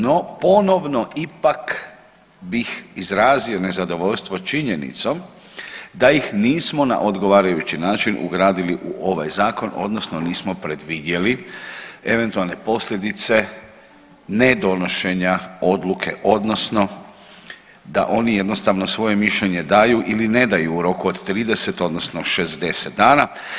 No, ponovno ipak bih izrazio nezadovoljstvo činjenicom da ih nismo na odgovarajući način ugradili u ovaj zakon odnosno nismo predvidjeli eventualne posljedice ne donošenje odluke odnosno da oni jednostavno svoje mišljenje daju ili ne daju u roku od 30 odnosno 60 dana.